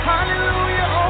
Hallelujah